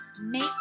make